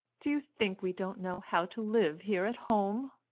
do you think we don't know how to live here at home?